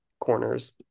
corners